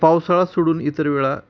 पावसाळा सोडून इतर वेळा